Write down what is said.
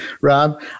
Rob